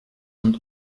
und